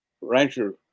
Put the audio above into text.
rancher